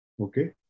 okay